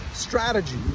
strategy